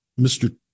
Mr